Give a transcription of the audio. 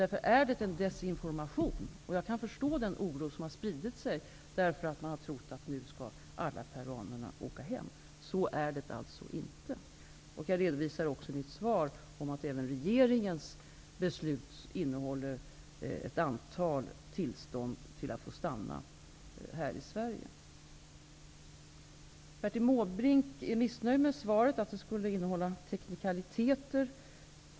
Därför är det en desinformation som har spridits. Jag kan förstå den oro som har spridit sig därför att man har trott att alla peruaner skall åka hem nu. Så är det alltså inte. Jag redovisar också i mitt svar att även regeringens beslut innehåller ett antal tillstånd att få stanna här i Sverige. Bertil Måbrink är missnöjd med svaret och säger att det innehåller teknikaliteter.